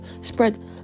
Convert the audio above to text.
spread